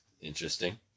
Interesting